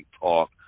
Talk